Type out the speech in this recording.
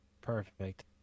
perfect